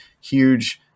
huge